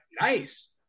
nice